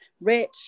rich